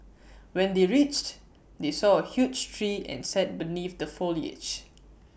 when they reached they saw A huge tree and sat beneath the foliage